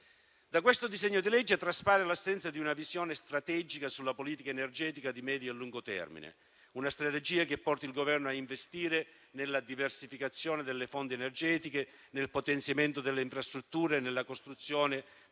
Da questo disegno di legge traspare l'assenza di una visione strategica sulla politica energetica di medio e lungo termine, una strategia che porti il Governo a investire nella diversificazione delle fonti energetiche, nel potenziamento delle infrastrutture e nella costruzione